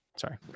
sorry